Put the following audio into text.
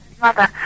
Mother